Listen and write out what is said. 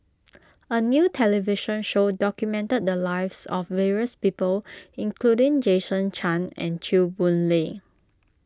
a new television show documented the lives of various people including Jason Chan and Chew Boon Lay